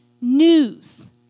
news